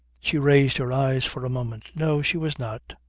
she raised her eyes for a moment. no, she was not.